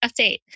update